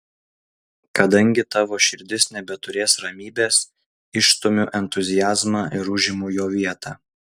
kadangi tavo širdis nebeturės ramybės išstumiu entuziazmą ir užimu jo vietą